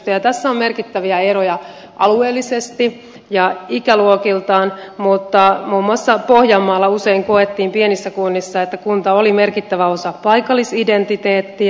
tässä on merkittäviä eroja alueellisesti ja ikäluokittain muun muassa pohjanmaalla usein koettiin pienissä kunnissa että kunta on merkittävä osa paikallisidentiteettiä